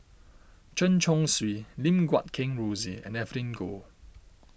Chen Chong Swee Lim Guat Kheng Rosie and Evelyn Goh